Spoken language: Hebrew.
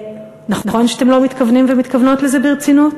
נכון שאתם לא מתכוונים ומתכוונות לזה ברצינות,